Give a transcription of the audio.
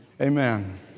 Amen